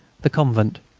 the convent.